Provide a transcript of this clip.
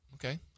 okay